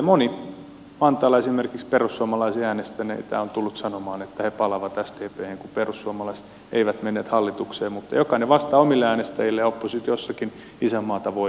moni vantaalla esimerkiksi perussuomalaisia äänestänyt on tullut sanomaan että palaa sdphen kun perussuomalaiset eivät menneet hallitukseen mutta jokainen vastaa omille äänestäjilleen ja oppositiossakin isänmaata voi palvella